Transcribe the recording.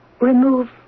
remove